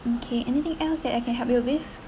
okay anything else that I can help you with